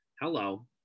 Hello